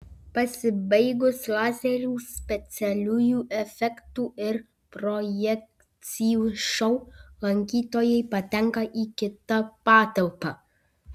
pasibaigus lazerių specialiųjų efektų ir projekcijų šou lankytojai patenka į kitą patalpą